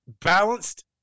balanced